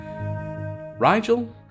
Rigel